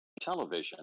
television